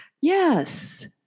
Yes